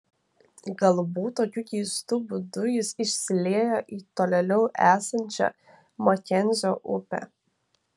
galbūt tokiu keistu būdu jis išsilieja į tolėliau esančią makenzio upę